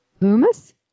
Loomis